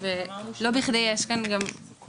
ולא בכדי יש כאן שינוי,